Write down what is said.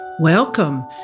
Welcome